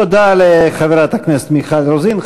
תודה לחברת הכנסת מיכל רוזין.